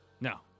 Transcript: No